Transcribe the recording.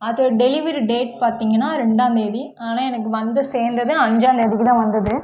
அது delivery date பார்த்தீங்கன்னா ரெண்டாம்தேதி ஆனால் எனக்கு வந்து சேர்ந்தது அஞ்சாம் தேதிக்கு தான் வந்துது